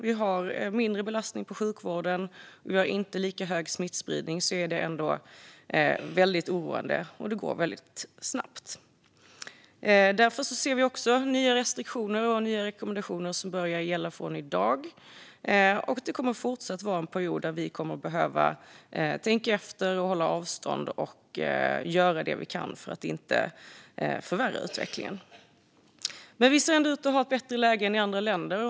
Vi har mindre belastning på sjukvården, och vi har inte lika hög smittspridning. Det är dock väldigt oroande, och det går väldigt snabbt. Därför ser vi nya restriktioner och rekommendationer som börjar gälla i dag. Det kommer även fortsättningsvis att vara en period då vi kommer att behöva tänka efter, hålla avstånd och göra det vi kan för att inte förvärra utvecklingen. Vi ser ändå ut att ha ett bättre läge än andra länder.